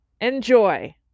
Enjoy